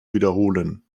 wiederholen